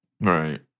Right